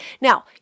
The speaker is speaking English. Now